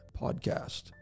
podcast